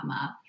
up